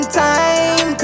time